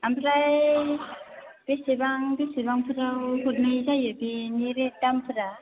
ओमफ्राय बेसेबां बेसेबांफोराव हरनाय जायो बेनि रेट दामफोरा